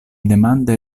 demande